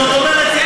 זאת אומרת,